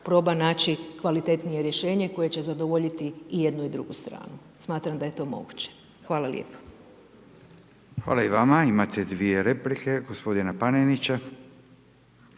proba naći kvalitetnije rješenje koje će zadovoljiti i jednu i drugu stranu. Smatram da je to moguće. Hvala lijepo. **Radin, Furio (Nezavisni)** Hvala i vama. Imate dvije replike gospodina Panenića.